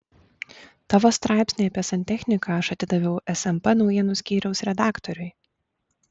tavo straipsnį apie santechniką aš atidaviau smp naujienų skyriaus redaktoriui